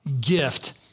gift